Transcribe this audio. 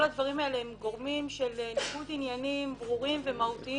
כל הדברים האלה הם גורמים של ניגוד עניינים ברורים ומהותיים